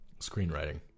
screenwriting